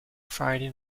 friday